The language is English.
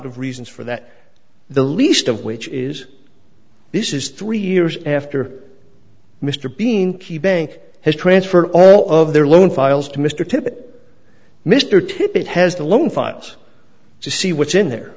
of reasons for that the least of which is this is three years after mr bean key bank has transferred all of their loan files to mr tippet mr tippett has the loan files to see what's in the